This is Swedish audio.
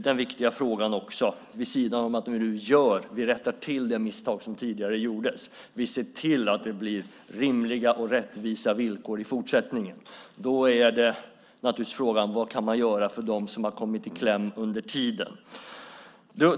Det viktiga som vi nu gör är att rätta till det misstag som gjordes tidigare. Vi ser till att det blir rimliga och rättvisa villkor i fortsättningen. Då är naturligtvis frågan: Vad kan man göra för dem som har kommit i kläm under tiden?